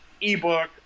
Ebook